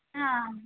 ಹಾಂ